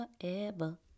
forever